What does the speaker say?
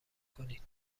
کنید